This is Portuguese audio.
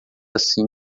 assim